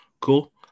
Cool